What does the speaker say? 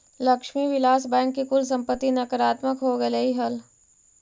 Lakshmi Vilas bank की कुल संपत्ति नकारात्मक हो गेलइ हल